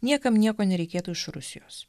niekam nieko nereikėtų iš rusijos